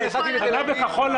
-- לא.